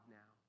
now